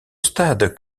stade